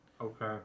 Okay